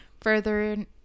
further